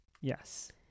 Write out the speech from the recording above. Yes